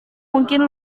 mungkin